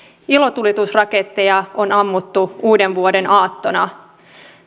ilotulitusraketteja on ammuttu uudenvuodenaattona